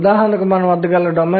అది ఒక ప్రయోగాత్మక విషయం